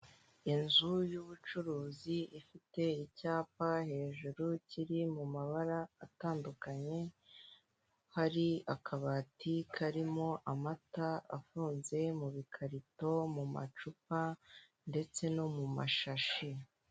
Inzu y'ubucuruzi ifite icyapa hejuru kiri mu mabara atandukanye, hari akabati karimo amata afunze mu bikarito mu macupa ndetse no mu mashashi.